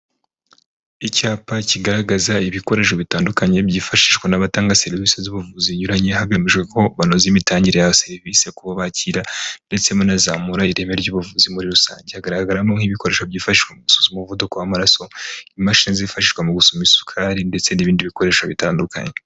Icyapa kigaragaza ibikoresho bitandukanye byifashishwa n'abatanga serivisi z'ubuvuzi zinyuranye hagamejwe ko banoza imitangire ya serivisi ku bo bakira, ndetse banazamura ireme ry'ubuvuzi muri rusange. Hagaragaramo ibikoresho byifashishwa mu gusuzuma umuvuduko w'amaraso, imashini zifashishwa mu gusuzuma isukari, ndetse n'ibindi bikoresho bitandukanye.